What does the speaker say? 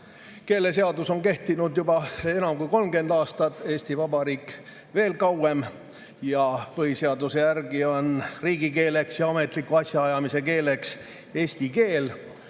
Keeleseadus on kehtinud juba enam kui 30 aastat, Eesti Vabariik veel kauem. Põhiseaduse järgi on riigikeel ja ametliku asjaajamise keel eesti keel.